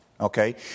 Okay